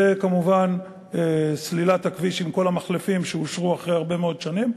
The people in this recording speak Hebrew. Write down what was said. וכמובן סלילת הכביש עם כל המחלפים שאושרו אחרי הרבה מאוד שנים?